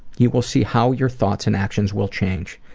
you will see how your thoughts and actions will change.